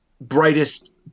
brightest